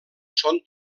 són